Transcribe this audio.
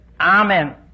Amen